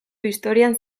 historian